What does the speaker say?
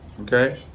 Okay